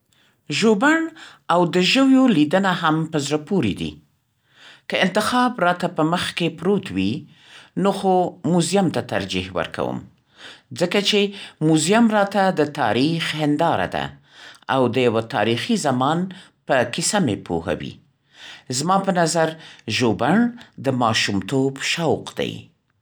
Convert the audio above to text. ژوبڼ او د ژویو لیدنه هم په زړه پورې دی. که انتخاب راته په مخ کې پروت وي نو خو موزیم ته ترجیح ورکوم. ځکه چې موزیم راته د تاریخ هنداره ده او د یوه تاریخي زمان په کیسه مې پوهوي. زما په نظر ژوبڼ د ماشومتوب شوق دی.